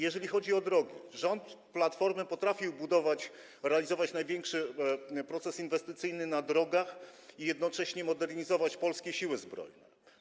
Jeżeli chodzi o drogi, to rząd Platformy potrafił budować, realizować największe procesy inwestycyjne na drogach i jednocześnie modernizować polskie Siły Zbrojne.